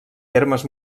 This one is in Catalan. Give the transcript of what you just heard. termes